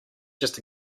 just